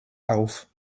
auf